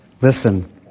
Listen